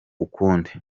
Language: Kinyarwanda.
ukundi